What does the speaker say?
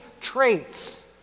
traits